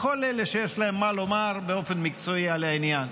לכל אלה שיש להם מה לומר באופן מקצועי על העניין,